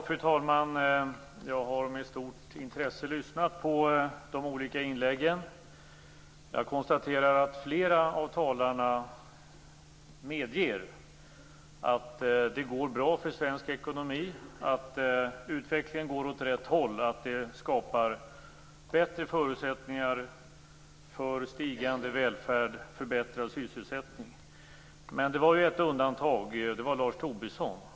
Fru talman! Jag har med stort intresse lyssnat på de olika inläggen. Jag konstaterar att flera av talarna medger att det går bra för svensk ekonomi, att utvecklingen går åt rätt håll och att detta skapar bättre förutsättningar för stigande välfärd och förbättrad sysselsättning. Men det fanns ett undantag, och det var Lars Tobisson.